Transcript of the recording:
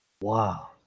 Wow